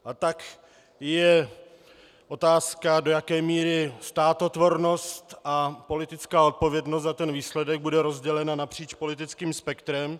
A tak je otázka, do jaké míry státotvornost a politická odpovědnost za výsledek bude rozdělena napříč politickým spektrem.